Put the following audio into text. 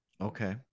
Okay